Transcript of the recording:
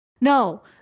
No